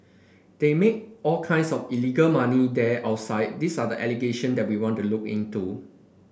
they make all kinds of illegal money there outside these are the allegation that we want to look into